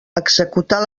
executar